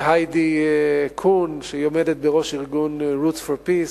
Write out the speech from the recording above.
והיידי קון, שעומדת בראש ארגון Roots of Peace,